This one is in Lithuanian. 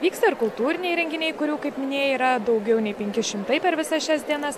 vyksta ir kultūriniai renginiai kurių kaip minėjai yra daugiau nei penki šimtai per visas šias dienas